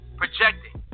projecting